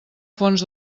fons